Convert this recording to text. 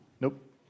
Nope